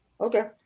Okay